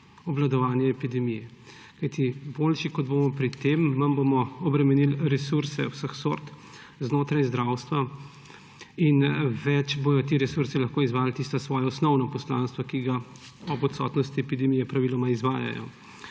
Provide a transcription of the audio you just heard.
obvladovanje epidemije. Kajti boljši kot bomo pri tem, manj bomo obremenili resurse vseh sort znotraj zdravstva in več bodo ti resursi lahko izvajali tisto svoje osnovno poslanstvo, ki ga ob odsotnosti epidemije praviloma izvajajo.